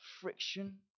friction